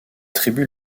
tribu